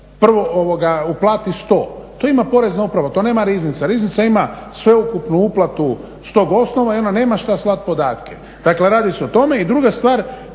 prvo uplati 100, to ima Porezna uprava, to nema riznica, riznica ima sveukupnu uplatu s tog osnova i ona nema šta slati podatke. Dakle, radi se o tome. I druga stvar,